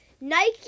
Nike